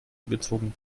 gezogen